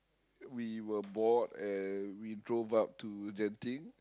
we were bored and we drove up to Genting